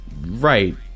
right